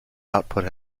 output